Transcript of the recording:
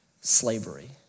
slavery